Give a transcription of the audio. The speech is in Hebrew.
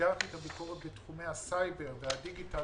הגדרתי את הביקורת בתחומי הסייבר והדיגיטל